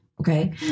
Okay